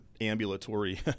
ambulatory